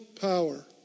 power